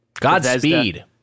godspeed